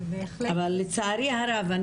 אבל לצערי הרב,